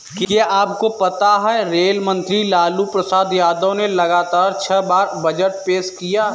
क्या आपको पता है रेल मंत्री लालू प्रसाद यादव ने लगातार छह बार बजट पेश किया?